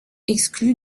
exclu